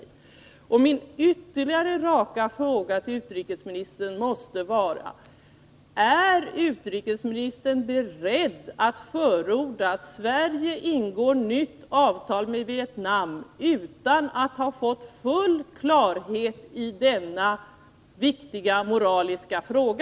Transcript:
Jag måste ställa ytterligare en rak fråga till utrikesministern: Är utrikesministern beredd att förorda att Sverige ingår ett nytt avtal med Vietnam utan att först ha fått full klarhet i denna viktiga moraliska fråga?